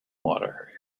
water